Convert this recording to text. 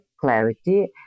clarity